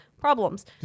problems